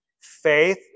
faith